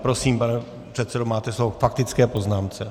Prosím, pane předsedo, máte slovo k faktické poznámce.